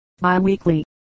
bi-weekly